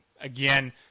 again